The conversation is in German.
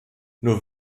nur